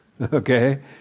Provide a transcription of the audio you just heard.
Okay